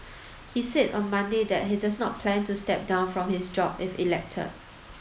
he said on Monday that he does not plan to step down from his job if elected